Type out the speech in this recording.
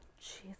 jeez